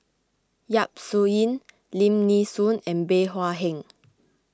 Yap Su Yin Lim Nee Soon and Bey Hua Heng